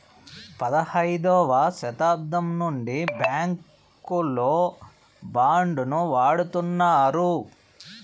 పదైదవ శతాబ్దం నుండి బ్యాంకుల్లో బాండ్ ను వాడుతున్నారు